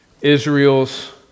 israel's